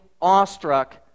awestruck